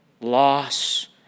loss